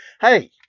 Hey